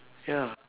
ya